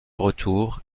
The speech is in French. retour